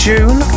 June